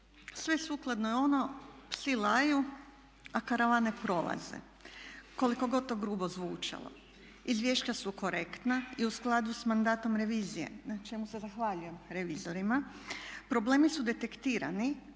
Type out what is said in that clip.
Sve sukladno je ono psi laju a karavane prolaze, koliko god to grubo zvučalo. Izvješća su korektna i u skladu sa mandatom revizije na čemu se zahvaljujem revizorima. Problemi su detektirani